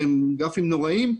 שהם גרפים נוראיים,